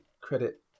credit